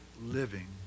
living